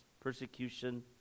persecution